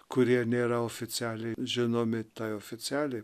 kurie nėra oficialiai žinomi tai oficialiai